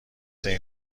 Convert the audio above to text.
این